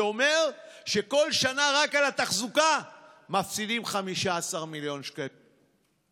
זה אומר שכל שנה רק על התחזוקה מפסידים 15 מיליון שקל,